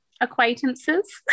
acquaintances